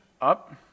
Up